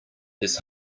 his